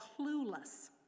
Clueless